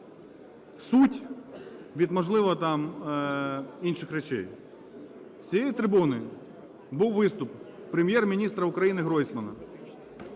суть від, можливо, там інших речей. З цієї трибуни був виступ Прем'єр-міністра України Гройсмана.